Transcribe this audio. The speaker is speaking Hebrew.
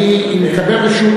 אם אקבל רשות,